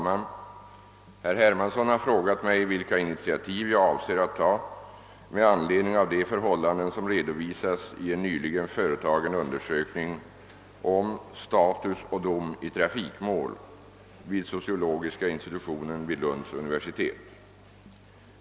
Herr Hermansson har frågat mig vilka initiativ jag avser att ta med anledning av de förhållanden som redovisas i en nyligen företagen undersökning om »Status och dom i trafikmål» vid sociologiska institutionen vid Lunds universitet.